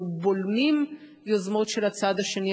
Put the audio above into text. אנחנו בולמים יוזמות של הצד השני,